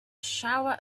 shower